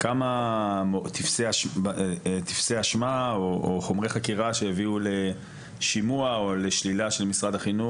כמה טפסי אשמה או חומרי חקירה שהביאו לשימוע או לשלילה של משרד החינוך